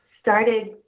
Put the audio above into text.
started